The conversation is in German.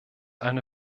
eine